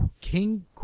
King